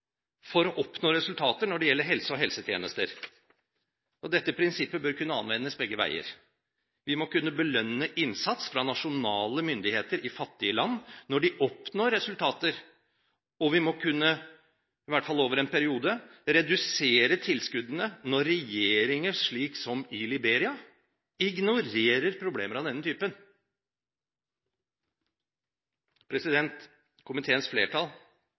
for å oppnå resultater når det gjelder helse og helsetjenester. Det prinsippet bør kunne anvendes begge veier. Vi må kunne belønne innsats fra nasjonale myndigheter i fattige land når de oppnår resultater, og vi må kunne redusere tilskuddene – i hvert fall over en periode – når regjeringer, som i Liberia, ignorerer problemer av denne typen. Komiteens flertall,